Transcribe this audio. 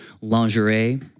lingerie